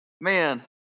Man